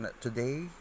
today